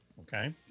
Okay